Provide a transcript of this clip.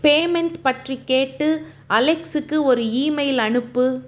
payment பற்றி கேட்டு அலெக்ஸுக்கு ஒரு ஈமெயில் அனுப்பு